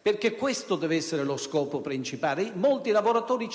perchè questo deve essere lo scopo principale. Molti lavoratori,